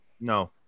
No